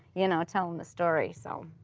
you know, telling the story. so